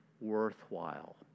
worthwhile